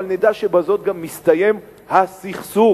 אבל נדע שבזאת גם מסתיים הסכסוך,